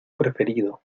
preferido